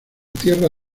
tierra